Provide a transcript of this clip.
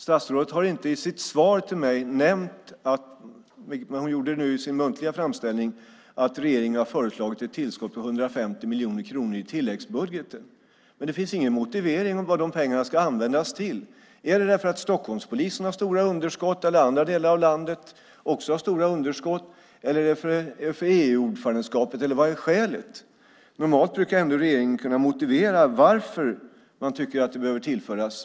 Statsrådet har inte i sitt svar till mig nämnt - det gjorde hon dock nu i sin muntliga framställning - att regeringen i tilläggsbudgeten föreslår ett tillskott på 150 miljoner kronor. Men det finns ingen motivering om vad de pengarna ska användas till. Är anledningen att Stockholmspolisen eller polisen i andra delar av landet har stora underskott, eller handlar det om EU-ordförandeskapet? Vad är skälet? Normalt brukar regeringen kunna motivera varför man tycker att pengar behöver tillföras.